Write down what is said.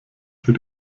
für